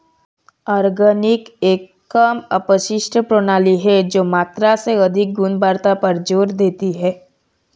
organic एक कम अपशिष्ट प्रणाली है जो मात्रा से अधिक गुणवत्ता पर जोर देती है